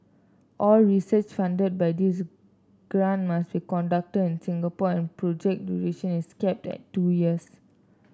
all research funded by this grant must be conducted in Singapore and project duration is capped at two years